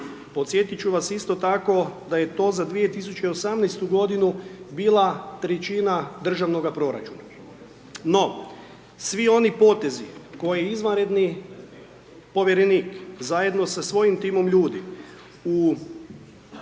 Podsjetiti ću vas isto tako, da je to za 2018. g. bila trećina državnoga proračuna. No svi oni potezi, koje je izvanredni povjerenik zajedno sa svojim timom ljudi, u